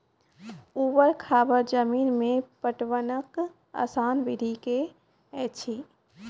ऊवर खाबड़ जमीन मे पटवनक आसान विधि की ऐछि?